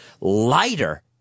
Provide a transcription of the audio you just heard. lighter